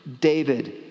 David